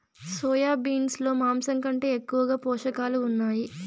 soya beans లో మాంసం కంటే ఎక్కువగా పోషకాలు ఉన్నాయి